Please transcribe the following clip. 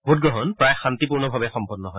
ভোটগ্ৰহণ প্ৰায় শান্তিপূৰ্ণভাৱে সম্পন্ন হয়